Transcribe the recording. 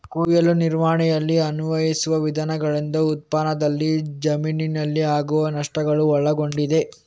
ಕೊಯ್ಲು ನಿರ್ವಹಣೆಯಲ್ಲಿ ಅನ್ವಯಿಸುವ ವಿಧಾನಗಳಿಂದ ಉತ್ಪನ್ನದಲ್ಲಿ ಜಮೀನಿನಲ್ಲಿ ಆಗುವ ನಷ್ಟಗಳು ಒಳಗೊಂಡಿದೆ